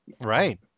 Right